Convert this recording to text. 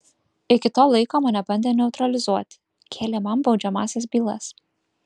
iki to laiko mane bandė neutralizuoti kėlė man baudžiamąsias bylas